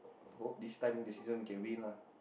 hope this time this season we can win lah